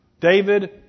David